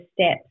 steps